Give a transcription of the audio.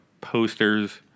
posters